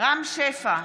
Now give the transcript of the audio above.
רם שפע,